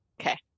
Okay